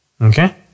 Okay